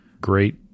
great